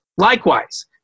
Likewise